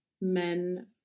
men